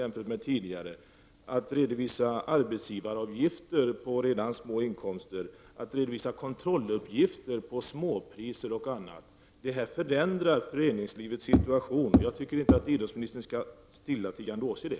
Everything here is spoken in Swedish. Det handlar om att redovisa arbetsgivaravgifter på redan små inkomster och kontrolluppgifter på mindre priser och annat. Detta förändrar föreningslivets situation. Jag tycker inte att idrottsministern stillatigande skall åse det.